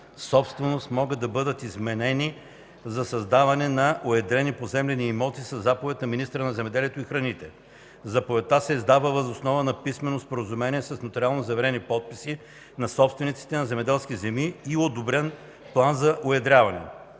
собственост могат да бъдат изменени за създаване на уедрени поземлени имоти със заповед на министъра на земеделието и храните. Заповедта се издава въз основа на писмено споразумение с нотариално заверени подписи на собствениците на земеделски земи и одобрен план за уедряване.